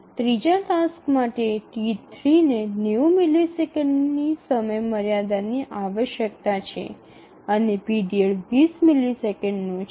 ત્રીજા ટાસ્ક માટે T3 ને ૯0 મિલિસેકન્ડની આવશ્યક સમયમર્યાદા છે અને પીરિયડ ૨00 મિલિસેકન્ડનો છે